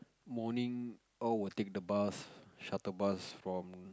morning all will take the bus shuttle bus from